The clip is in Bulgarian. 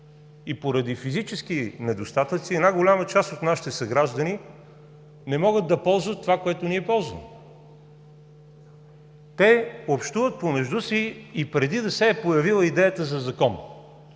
и поради физически недостатъци една голяма част от нашите съграждани не могат да ползват това, което ние ползваме. Те общуват помежду си и преди да се е появила идеята за закон.